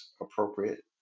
appropriate